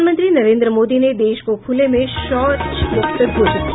प्रधानमंत्री नरेन्द्र मोदी ने देश को ख़ुले में शौच मुक्त घोषित किया